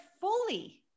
fully